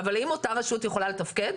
אבל האם אותה רשות יכולה לתפקד?